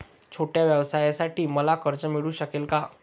छोट्या व्यवसायासाठी मला कर्ज मिळू शकेल का?